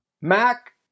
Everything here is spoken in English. Mac